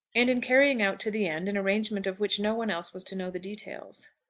and in carrying out to the end an arrangement of which no one else was to know the details.